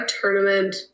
tournament